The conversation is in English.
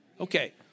Okay